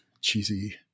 cheesy